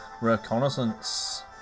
Reconnaissance